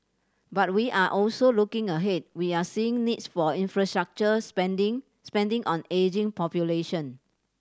but we are also looking ahead we are seeing needs for infrastructure spending spending on ageing population